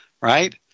right